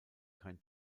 kein